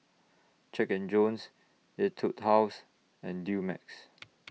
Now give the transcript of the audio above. Jack and Jones Etude House and Dumex